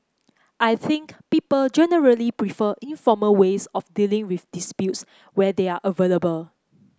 I think people generally prefer informal ways of dealing with disputes where they are available